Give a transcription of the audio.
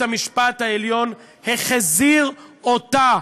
בית-המשפט העליון החזיר אותה,